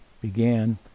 began